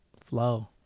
Flow